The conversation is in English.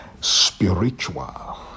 spiritual